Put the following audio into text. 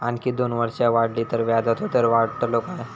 आणखी दोन वर्षा वाढली तर व्याजाचो दर वाढतलो काय?